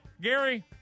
Gary